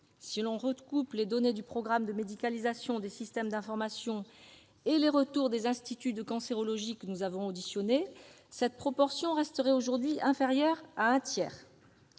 Si l'on recoupe les données du programme de médicalisation des systèmes d'information, ou PMSI, et les retours des instituts de cancérologie que nous avons auditionnés, cette proportion resterait aujourd'hui inférieure à un tiers.